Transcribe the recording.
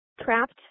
trapped